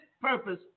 purpose